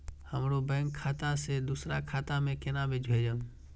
हमरो बैंक खाता से दुसरा खाता में केना भेजम?